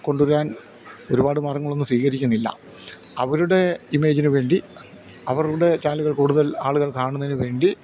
കൊണ്ടുവരാൻ ഒരുപാട് മാർഗ്ഗങ്ങളൊന്നും സ്വീകരിക്കുന്നില്ല അവരുടെ ഇമേജിന് വേണ്ടി അവരുടെ ചാനലുകൾ കൂടുതലാളുകൾ കാണുന്നതിന് വേണ്ടി